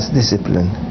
discipline